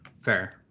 fair